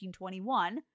1921